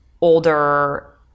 older